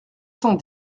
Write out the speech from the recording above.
cent